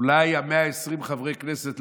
אולי 120 חברי הכנסת,